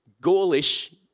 gaulish